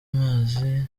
amazi